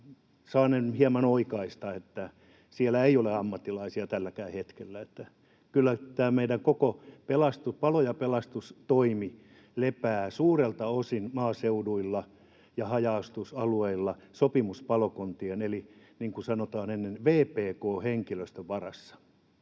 saanen hieman oikaista, että siellä ei ole ammattilaisia tälläkään hetkellä. Kyllä tämä meidän koko palo- ja pelastustoimi lepää suurelta osin maaseuduilla ja haja-asutusalueilla sopimuspalokuntien eli, niin kuin ennen sanottiin, vpk-henkilöstön varassa.